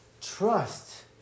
Trust